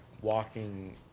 walking